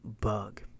bug